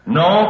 no